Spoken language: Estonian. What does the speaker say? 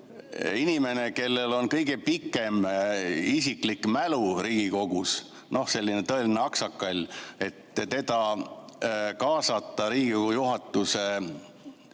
inimene, kellel on kõige pikem isiklik mälu Riigikogus, selline tõeline aksakall, kaasataks Riigikogu juhatuse